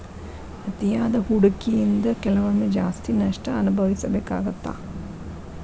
ಅತಿಯಾದ ಹೂಡಕಿಯಿಂದ ಕೆಲವೊಮ್ಮೆ ಜಾಸ್ತಿ ನಷ್ಟ ಅನಭವಿಸಬೇಕಾಗತ್ತಾ